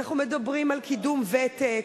אנחנו מדברים על קידום ותק.